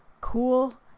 cool